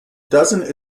doesn’t